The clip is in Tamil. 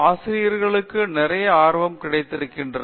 பேராசிரியர் உஷா மோகன் ஆசிரியர்களுக்கு நிறைய ஆர்வம் கிடைத்திருக்கிறது